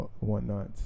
whatnot